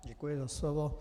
Děkuji za slovo.